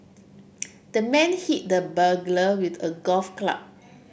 the man hit the burglar with a golf club